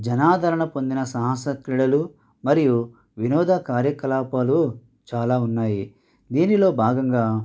జనాదరణ పొందిన సాహస క్రీడలు మరియు వినోద కార్యకలాపాలు చాలా ఉన్నాయి దీనిలో భాగంగా